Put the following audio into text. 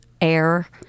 air